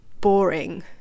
boring